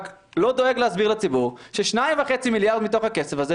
רק לא דואג להסביר לציבור ש-2.5 מיליארד מתוך הכסף הם